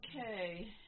Okay